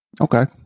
okay